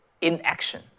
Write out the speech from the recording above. inaction